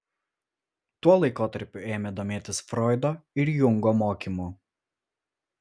tuo laikotarpiu ėmė domėtis froido ir jungo mokymu